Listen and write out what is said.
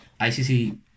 ICC